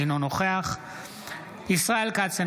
אינו נוכח ישראל כץ,